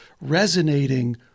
resonating